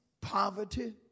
poverty